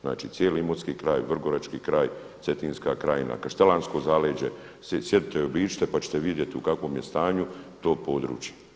Znači cijeli imotski kraj, vrgorački kraj, cetinska krajina, kaštelansko zaleđe, sjedite i obiđite pa ćete vidjeti u kakvom je stanju to područje.